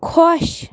خۄش